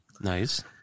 Nice